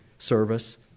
service